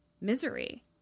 misery